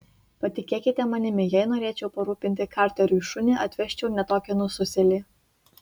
patikėkite manimi jei norėčiau parūpinti karteriui šunį atvesčiau ne tokį nususėlį